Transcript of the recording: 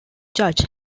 judge